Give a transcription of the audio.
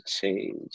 change